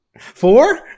Four